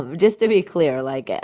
and just to be clear. like,